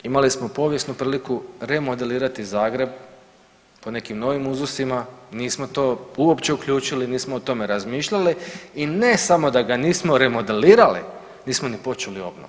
Imali smo povijesnu priliku remodelirati Zagreb po nekim novim uzusima, nismo to uopće uključili, nismo o tome razmišljali i ne samo da ga nismo remodelirali nismo ni počeli obnovu.